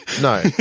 No